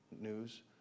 news